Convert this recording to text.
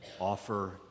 offer